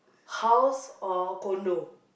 house or condo